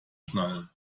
schnallen